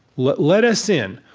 let let us in.